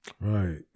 Right